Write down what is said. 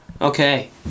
Okay